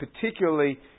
particularly